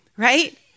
right